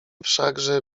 wszakże